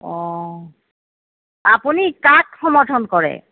অঁ আপুনি কাক সমৰ্থন কৰে